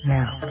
Now